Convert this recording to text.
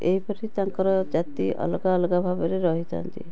ଏହିପରି ତାଙ୍କର ଜାତି ଅଲଗା ଅଲଗା ଭାବରେ ରହିଥାନ୍ତି